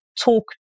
talk